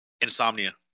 Insomnia